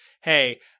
hey